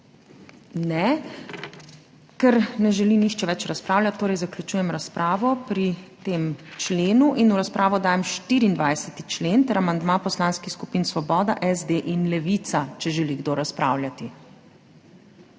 (Ne.) Ker ne želi nihče več razpravljati, torej zaključujem razpravo pri tem členu. In v razpravo dajem 24. člen ter amandma poslanskih skupin Svoboda, SD in Levica. Želi kdo razpravljati?